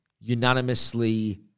unanimously